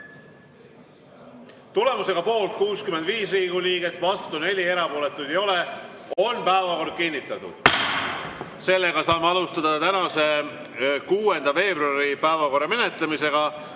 Tulemusega poolt 65 Riigikogu liiget, vastu 4, erapooletuid ei ole, on päevakord kinnitatud. Saame alustada tänase, 6. veebruari päevakorra menetlemist.